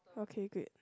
okay great